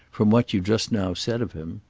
from what you just now said of him.